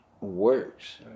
works